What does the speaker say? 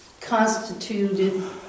constituted